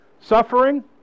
suffering